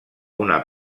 una